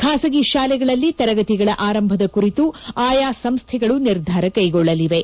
ಖಾಸಗಿ ಶಾಲೆಗಳಲ್ಲಿ ತರಗತಿಗಳ ಆರಂಭದ ಕುರಿತು ಆಯಾ ಸಂಸ್ಲೆಗಳು ನಿರ್ಧಾರ ಕೈಗೊಳ್ಳಲಿವೆ